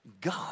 God